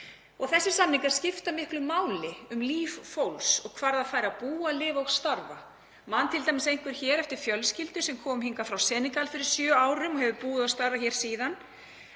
Þessir samningar skipta miklu máli um líf fólks og hvar það fær að búa, lifa og starfa. Man t.d. einhver hér eftir fjölskyldu sem kom hingað frá Senegal fyrir sjö árum og hefur búið og starfað hér síðan,